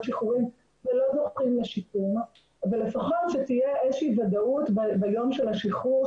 שחרורים שלא זוכים לשיקום ולפחות שתהיה איזה שהיא ודאות ביום של השחרור,